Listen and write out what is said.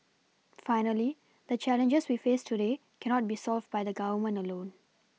finally the challenges we face today cannot be solved by the Government alone